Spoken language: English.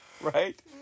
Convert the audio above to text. Right